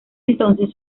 entonces